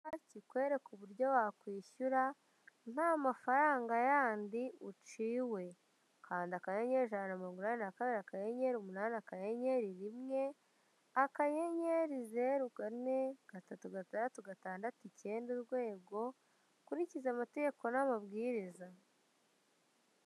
Icyapa kikwereka uburyo wakwishyura nta mafaranga yandi uciwe. Kanda akanyenyeri ijana na mirongo inani ba kabiri akanyenyeri umunani akanyenyeri rimwe akanyenyeri zeru kane gatatu gatandatu gatandatu ikenda urwego, ukurikize amategeko n'amabwiriza.